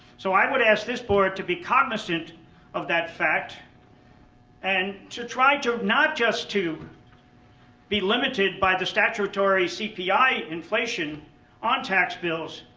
so, i would ask this board to be cognizant of that fact and to try to not just to be limited by the statutory cpi inflation on tax bills,